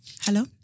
Hello